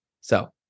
So-